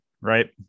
right